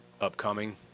upcoming